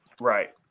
Right